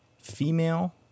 female